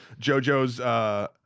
JoJo's